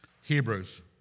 Hebrews